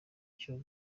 cyo